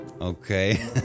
Okay